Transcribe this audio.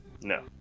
no